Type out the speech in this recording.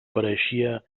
pareixia